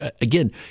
again